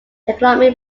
economy